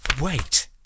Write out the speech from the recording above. Wait